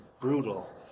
brutal